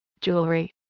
jewelry